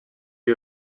you